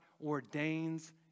ordains